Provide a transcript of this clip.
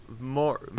more